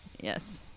Yes